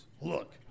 Look